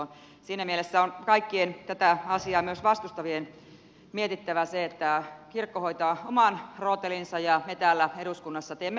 siinä mielessä on kaik kien tätä asiaa myös vastustavien mietittävä se että kirkko hoitaa oman rootelinsa ja me täällä eduskunnassa teemme lait